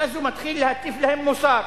ואז הוא מתחיל להטיף להם מוסר